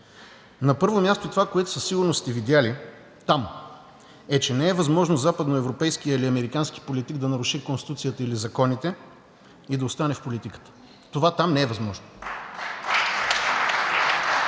На първо място, това, което със сигурност сте видели там, е, че не е възможно западноевропейски или американски политик да наруши Конституцията или законите и да остане в политиката. Това там не е възможно!